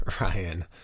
Ryan